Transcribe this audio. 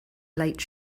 late